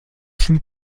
signe